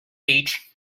beach